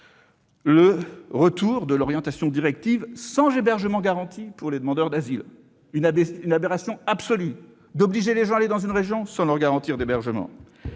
le retour de l'orientation directive sans hébergement garanti pour les demandeurs d'asile- une aberration absolue ! Comment peut-on obliger les gens à aller dans une région sans leur garantir d'hébergement